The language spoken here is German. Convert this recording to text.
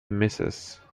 mrs